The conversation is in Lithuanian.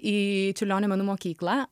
į čiurlionio menų mokyklą